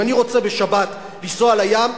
אם אני רוצה בשבת לנסוע לים,